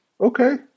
okay